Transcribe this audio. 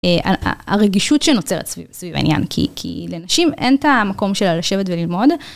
הרגישות שנוצרת סביב העניין, כי לנשים אין את המקום שלה לשבת וללמוד.